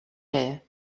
hare